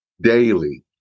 Daily